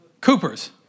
Coopers